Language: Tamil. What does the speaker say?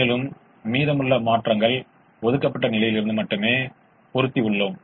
எனவே நாம் 10X1 9X2 க்கு மாற்றாக புறநிலை செயல்பாட்டு மதிப்பை 0 ஆகப் பெற்றோம்